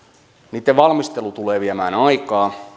niitten valmistelu tulee viemään aikaa